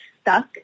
stuck